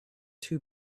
two